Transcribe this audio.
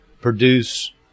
produce